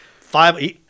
five